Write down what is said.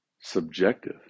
subjective